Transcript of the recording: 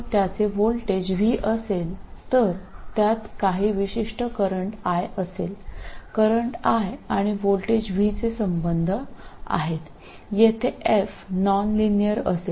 അതിന് കുറുകെ voltage V ഉണ്ടെങ്കിൽ അതിന് അതിലൂടെ ഒരു നിശ്ചിത കറന്റ് I ഉണ്ടായിരിക്കും ഈ f രേഖീയമല്ലാത്തിടത്ത് അത് V യുടെ ചില ഫംഗ്ഷനായിരിക്കും